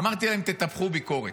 אמרתי להם: תטפחו ביקורת,